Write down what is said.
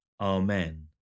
Amen